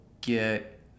get